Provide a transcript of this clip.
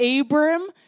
Abram